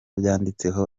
byanditseho